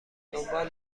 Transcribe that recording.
دنبال